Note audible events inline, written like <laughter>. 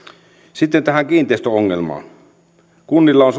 sitten tähän kiinteistöongelmaan kunnilla on <unintelligible>